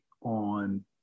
on